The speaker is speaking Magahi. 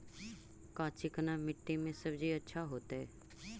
का चिकना मट्टी में सब्जी अच्छा होतै?